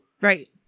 Right